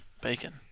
bacon